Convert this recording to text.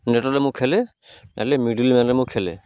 ନେଟ୍ରେ ମୁଁ ଖେଳେ ନହେଲେ ମିଡ଼ିଲ୍ ମ୍ୟାନ୍ରେ ମୁଁ ଖେଳେ